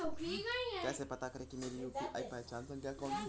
कैसे पता करें कि मेरी यू.पी.आई पहचान संख्या कौनसी है?